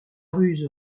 ruse